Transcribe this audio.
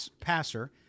passer